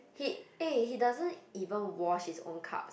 he eh he doesn't even wash his own cups